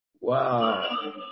Wow